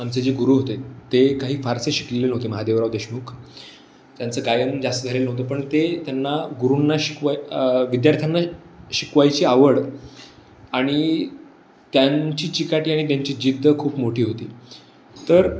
आमचे जे गुरु होते ते काही फारसे शिकलेले नव्हते महादेवराव देशमुख त्यांचं गायन जास्त झालेलं नव्हतं पण ते त्यांना गुरूंना शिकवाय विद्यार्थ्यांना शिकवायची आवड आणि त्यांची चिकाटी आणि त्यांची जिद्द खूप मोठी होती तर